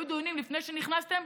היו דיונים לפני שנכנסתם,